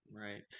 Right